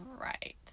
Right